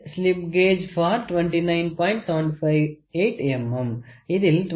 Build Slip gauge for 29